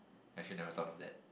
actually never thought of that